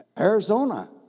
Arizona